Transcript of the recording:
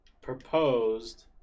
proposed